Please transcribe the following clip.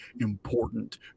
important